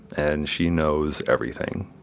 and she knows everything.